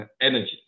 energy